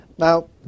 Now